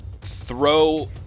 throw